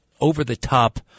over-the-top